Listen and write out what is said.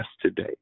today